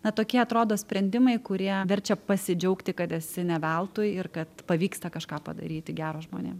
na tokie atrodo sprendimai kurie verčia pasidžiaugti kad esi ne veltui ir kad pavyksta kažką padaryti gero žmonėm